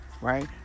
right